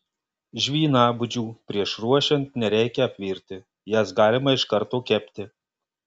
žvynabudžių prieš ruošiant nereikia apvirti jas galima iš karto kepti